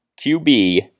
QB